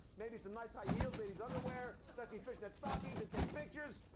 maybe some nice high heels, lady's underwear, sexy fishnet stockings and take pictures.